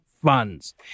funds